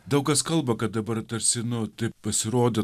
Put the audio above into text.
daug kas kalba kad dabar tarsi nu taip pasirodė